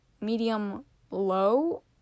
medium-low